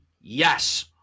yes